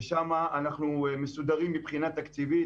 ששם אנחנו מסודרים מבחינה תקציבית.